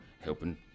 helping